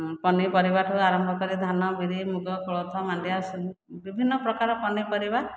ପନିପରିବାଠୁ ଆରମ୍ଭ କରି ଧାନ ବିରି ମୁଗ କୋଳଥ ମାଣ୍ଡିଆ ସବୁ ବିଭିନ୍ନ ପ୍ରକାର ପନିପରିବା